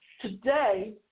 today